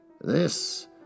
This